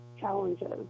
challenges